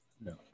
No